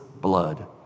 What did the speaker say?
blood